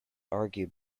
argued